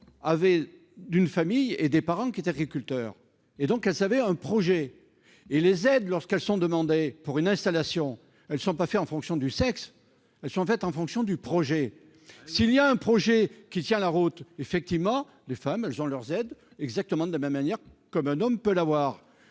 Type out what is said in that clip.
avaient d'une famille et des parents qui agriculteur et donc elle savait un projet et les aides lorsqu'elles sont demandées pour une installation, elles ne sont pas faits en fonction du sexe. Sont faites en fonction du projet. S'il y a un projet qui tient la route, effectivement les femmes elles ont leurs aides exactement de la même manière comme un homme peut l'avoir.